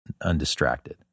undistracted